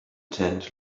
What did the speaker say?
tent